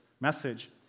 message